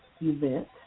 event